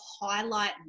highlight